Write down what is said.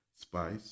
spice